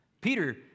Peter